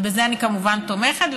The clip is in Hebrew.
ובזה אני כמובן תומכת,